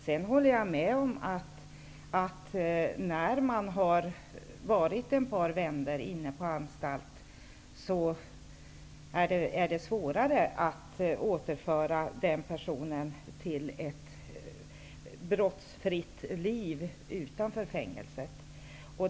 Men jag håller med om att när en person har varit ett par vändor inne på en anstalt är det svårare att återföra den personen till ett brottsfritt liv utanför fängelset.